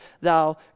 thou